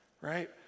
right